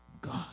God